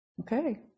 Okay